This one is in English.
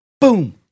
Boom